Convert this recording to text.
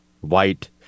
white